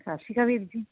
ਸਤਿ ਸ੍ਰੀ ਅਕਾਲ ਵੀਰ ਜੀ